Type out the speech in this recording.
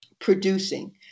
producing